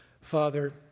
Father